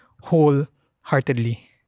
wholeheartedly